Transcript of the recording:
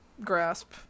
grasp